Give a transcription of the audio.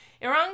Iran